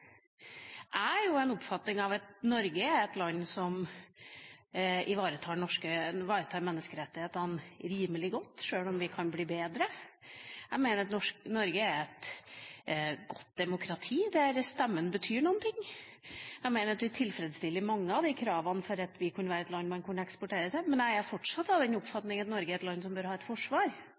er av den oppfatning at Norge er et land som ivaretar menneskerettighetene rimelig godt, sjøl om vi kan bli bedre. Jeg mener at Norge er et godt demokrati der stemmen betyr noe. Jeg mener at vi tilfredsstiller mange av kravene for at vi kunne være et land man kunne eksportere til. Jeg er fortsatt av den oppfatning at Norge er land som bør ha et forsvar,